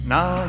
Now